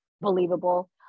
believable